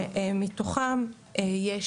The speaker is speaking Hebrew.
שמתוכם יש